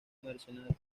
mercenario